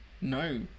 No